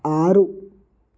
ఆరు